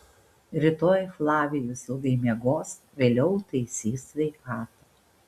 rytoj flavijus ilgai miegos vėliau taisys sveikatą